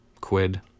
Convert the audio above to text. quid